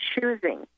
choosing